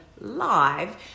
live